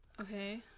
Okay